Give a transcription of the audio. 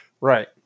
right